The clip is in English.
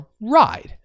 ride